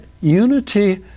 unity